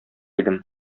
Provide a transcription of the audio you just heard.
идем